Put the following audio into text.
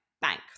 bank